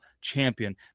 champion